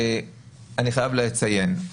אני חייב לציין,